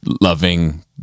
loving